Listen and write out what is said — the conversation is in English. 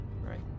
Right